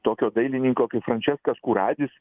tokio dailininko kaip frančeskas kuradis